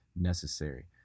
necessary